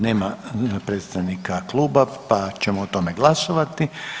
Nema predstavnika kluba, pa ćemo o tome glasovati.